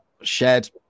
shared